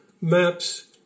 maps